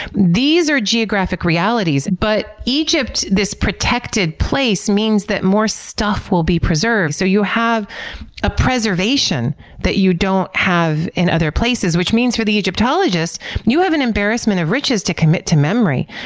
these are geographic realities. but egypt, this protected place, means that more stuff will be preserved. so you have a preservation that you don't have in other places, which means for the egyptologist you have an embarrassment of riches to commit to memory,